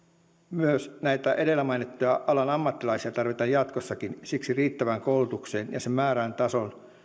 myös näitä edellä mainittuja alan ammattilaisia tarvitaan jatkossakin siksi riittävään koulutukseen ja sen määrään ja tasoon